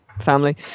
family